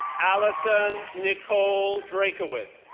alison nicole draikiwicz,